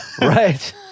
right